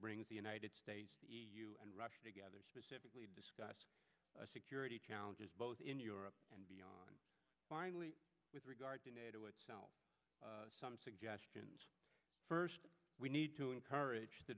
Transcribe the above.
brings the united states and russia together specifically to discuss security challenges both in europe and beyond and finally with regard to nato itself some suggestions first we need to encourage the